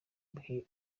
gihe